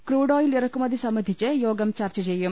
crude oil ഇറക്കുമതി സംബന്ധിച്ച് യോഗം ചർച്ച ചെയ്യും